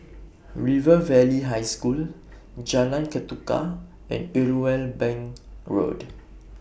River Valley High School Jalan Ketuka and Irwell Bank Road